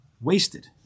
wasted